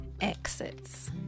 exits